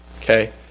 okay